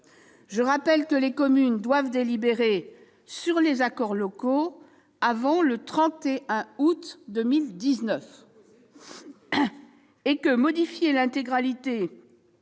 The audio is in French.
Je rappelle que les communes doivent délibérer sur les accords locaux avant le 31 août 2019 ... J'avais proposé